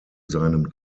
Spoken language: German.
seinem